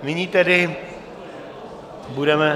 Nyní tedy budeme...